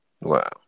Wow